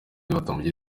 n’abasore